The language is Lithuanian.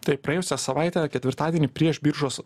taip praėjusią savaitę ketvirtadienį prieš biržos